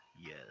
Yes